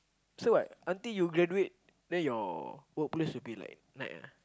so what until you graduate then your workplace will be like night ah